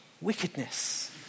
wickedness